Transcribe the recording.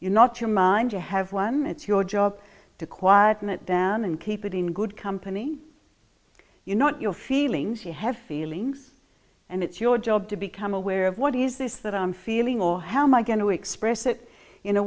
your not your mind you have one it's your job to quieten it down and keep it in good company you're not your feelings you have feelings and it's your job to become aware of what is this that i'm feeling or how my going to express it in a